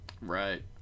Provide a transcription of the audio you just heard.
Right